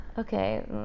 Okay